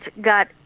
got